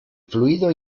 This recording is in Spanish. fluido